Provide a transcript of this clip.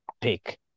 pick